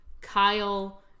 Kyle